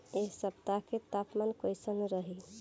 एह सप्ताह के तापमान कईसन रही?